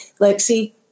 Lexi